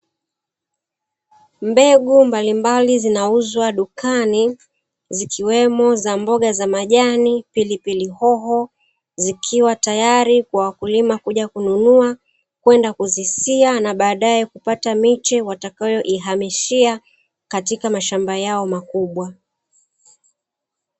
Mbegu mbalimbali zinauzwa dukani zikiwemo za mboga za majani, pilipili hoho zikiwa tayari kwa wateja kuja kununua kwenda kuzisia na baadae kupata miche watakayoihamishia katika mashamba yao makubwa.